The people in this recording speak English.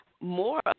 more